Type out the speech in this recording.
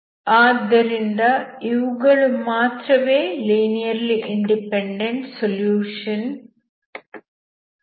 ಆದ್ದರಿಂದ ಇವುಗಳು ಮಾತ್ರವೇ ಲೀನಿಯರ್ಲಿ ಇಂಡಿಪೆಂಡೆಂಟ್ ಸೊಲ್ಯೂಷನ್ ಗಳಾಗಿವೆ